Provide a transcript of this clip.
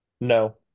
No